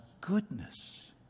goodness